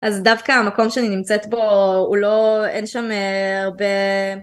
אז דווקא המקום שאני נמצאת בו הוא לא אין שם הרבה...